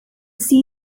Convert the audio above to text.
see